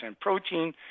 protein